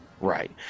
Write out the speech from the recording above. right